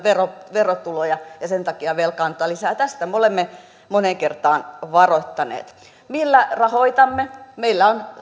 verotuloja ja sen takia velkaannutaan lisää tästä me olemme moneen kertaan varoittaneet millä rahoitamme meillä on